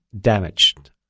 damaged